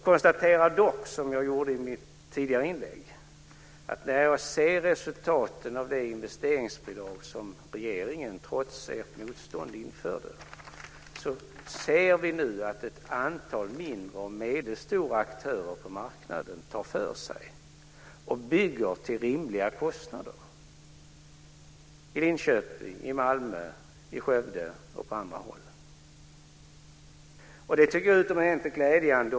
Precis som jag gjorde i mitt tidigare inlägg konstaterar jag att vi när det gäller resultaten av det investeringsbidrag som regeringen, trots ert motstånd, införde nu ser att ett antal mindre och medelstora aktörer på marknaden tar för sig och bygger till rimliga kostnader - i Enköping, Malmö och Skövde och även på andra håll. Detta tycker jag är utomordentligt glädjande.